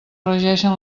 regeixen